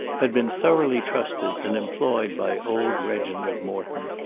had been thoroughly trusted and employed by old reginald morton,